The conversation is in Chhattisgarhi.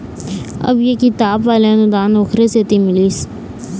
अब ये किताब वाले अनुदान ओखरे सेती मिलिस